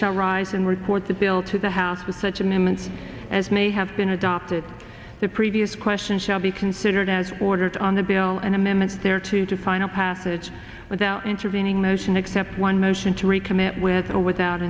shall rise and report the bill to the house with such an immense as may have been adopted the previous question shall be considered as ordered on the bill and amendment there to the final passage without intervening motion except one motion to recommit with or without